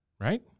Right